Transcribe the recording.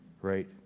right